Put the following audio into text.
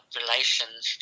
relations